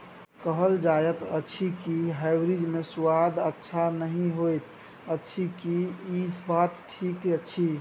कहल जायत अछि की हाइब्रिड मे स्वाद अच्छा नही होयत अछि, की इ बात ठीक अछि?